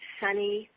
sunny